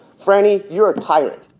frannie, you're a pilot